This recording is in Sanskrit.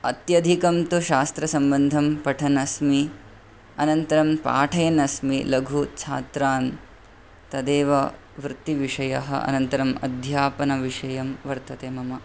अत्यधिकं तु शास्त्रसम्बन्धं पठन् अस्मि अनन्तरं पाठयन् अस्मि लघुछात्रान् तदेव वृत्तिविषयः अनन्तरम् अध्यापनविषयं वर्तते मम